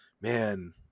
man